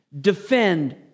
Defend